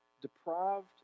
Deprived